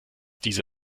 diese